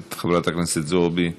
חברת הכנסת זועבי,